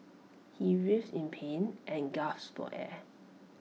he writhed in pain and gasp for air